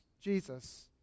Jesus